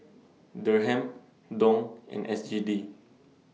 Dirham Dong and S G D